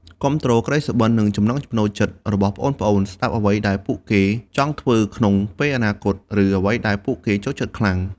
គាំទ្រក្តីសុបិន និងចំណង់ចំណូលចិត្តរបស់ប្អូនៗ ស្តាប់អ្វីដែលពួកគេចង់ធ្វើក្នុងពេលអនាគត ឬអ្វីដែលពួកគេចូលចិត្តខ្លាំង។